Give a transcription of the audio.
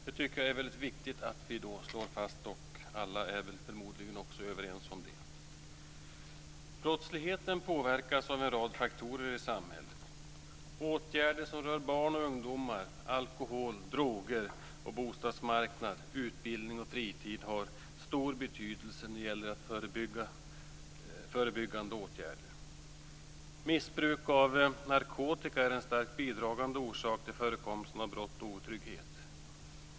Det är viktigt att slå fast, och alla är väl överens om det. Brottsligheten påverkas av en rad faktorer i samhället. Åtgärder som rör barn och ungdomar, alkohol, droger och bostadsmarknad, utbildning och fritid har stor betydelse när det gäller förebyggande åtgärder. Missbruk av narkotika är en starkt bidragande orsak till förekomsten av brott och otrygghet.